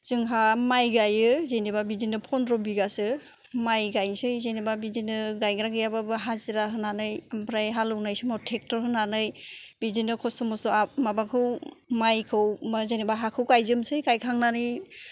जोंहा माय गायो जेनोबा बिदिनो फन्द्र' बिगासो माय गायसै जेनोबा बिदिनो गायग्रा गैयाबाबो हाजिरा होनानै ओमफ्राय हालौनाय समाव ट्रेक्टर होनानै बिदिनो खस्थ' मस्थ' आ माबाखौ मायखौ जेनोबा हाखौ गायजोबसै गायखांनानै